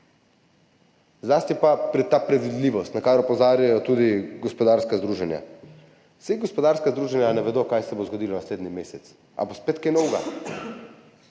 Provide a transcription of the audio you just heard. Zlasti pa ta predvidljivost, na kar opozarjajo tudi gospodarska združenja. Saj gospodarska združenja ne vedo, kaj se bo zgodilo naslednji mesec. Ali bo spet kaj novega?